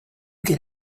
get